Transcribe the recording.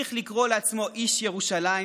המשיך לקרוא לעצמו "איש ירושלים"